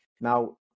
Now